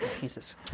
Jesus